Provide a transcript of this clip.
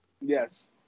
Yes